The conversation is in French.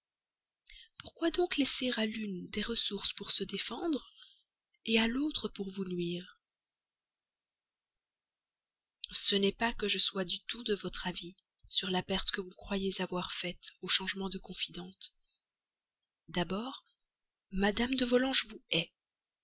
pourquoi donc laisser à l'une des ressources pour se défendre à l'autre pour vous nuire ce n'est pas que je sois du tout de votre avis sur la perte que vous croyez avoir faite au changement de confidente d'abord mme de volanges vous hait